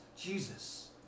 Jesus